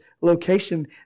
location